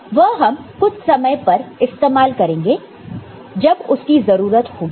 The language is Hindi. वह हम कुछ समय पर इस्तेमाल करेंगे जब उसकी जरूरत होगी